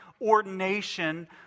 ordination